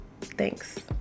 Thanks